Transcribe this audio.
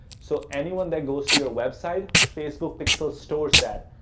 so, anyone that goes to your website, facebook pixel stores that.